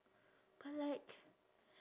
but like